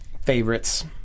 favorites